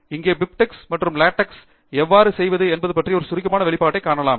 இங்கே பிபிடெக்ஸ் மற்றும் லாடெக்ஸ் இல் எவ்வாறு செய்வது என்பது பற்றிய ஒரு சுருக்கமான வெளிப்பாட்டை காணலாம்